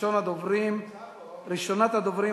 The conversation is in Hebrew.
הצעות לסדר-היום מס' 7402,